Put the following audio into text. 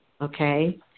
Okay